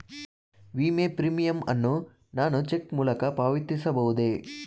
ವಿಮೆ ಪ್ರೀಮಿಯಂ ಅನ್ನು ನಾನು ಚೆಕ್ ಮೂಲಕ ಪಾವತಿಸಬಹುದೇ?